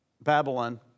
Babylon